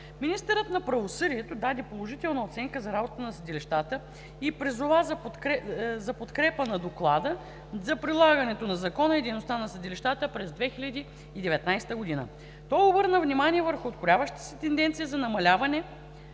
Министърът на правосъдието даде положителна оценка за работата на съдилищата и призова за подкрепа на Доклада за прилагането на закона и за дейността на съдилищата през 2019 г. Той обърна внимание върху открояващата се тенденция за намаляване